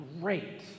great